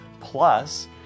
plus